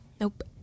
Nope